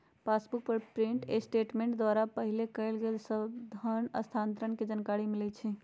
passbook पर print statement द्वारा पहिले कएल गेल सभ धन स्थानान्तरण के जानकारी मिलइ छइ